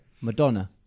Madonna